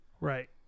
Right